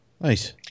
Nice